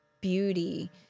beauty